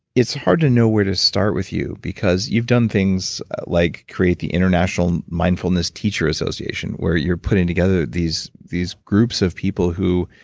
it's hard to know where to start with you because you've done things like create the international mindfulness teacher association, where you're putting together these these groups of people who,